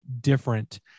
different